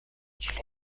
члены